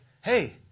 hey